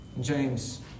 James